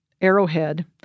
arrowhead